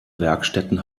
werkstätten